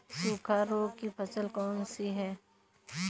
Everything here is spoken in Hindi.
सूखा रोग की फसल कौन सी है?